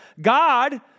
God